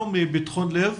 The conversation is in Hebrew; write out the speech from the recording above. אנחנו בפתחון לב